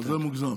זה מוגזם.